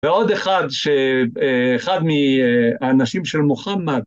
ועוד אחד שאחד מהאנשים של מוחמד